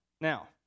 Now